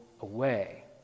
away